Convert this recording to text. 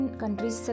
countries